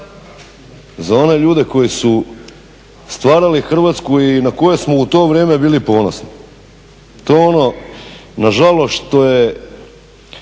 za one ljude koji su stvarali Hrvatsku i na koje smo u to vrijeme bili ponosni. To je ono što je